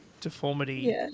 Deformity